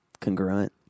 congruent